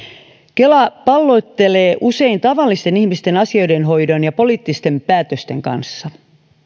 kela pallottelee usein tavallisten ihmisten asioiden hoidon ja poliittisten päätösten kanssa